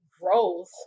growth